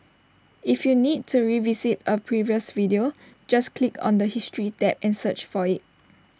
if you need to revisit A previous video just click on the history tab and search for IT